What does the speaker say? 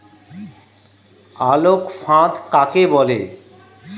আলোক ফাঁদ কাকে বলে?